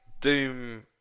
Doom